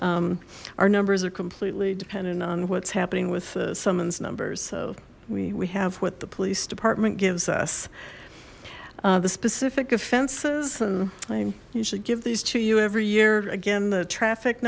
again our numbers are completely dependent on what's happening with summons numbers so we we have what the police department gives us the specific offenses and i'm usually give these to you every year again the traffic